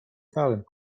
talent